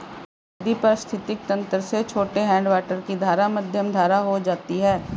नदी पारिस्थितिक तंत्र में छोटे हैडवाटर की धारा मध्यम धारा हो जाती है